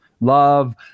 love